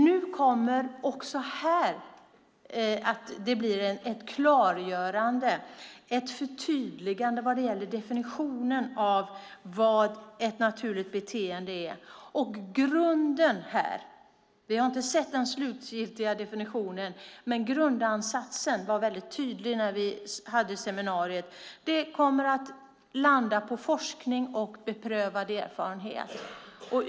Nu kommer det ett klargörande och ett förtydligande också här vad gäller definitionen av vad ett naturligt beteende är. Vi har inte sett den slutgiltiga definitionen. Men grundansatsen var tydlig när vi hade seminariet. Det hela kommer att landa på forskning och beprövad erfarenhet.